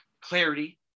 clarity